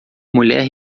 mulher